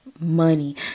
money